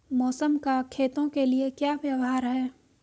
मौसम का खेतों के लिये क्या व्यवहार है?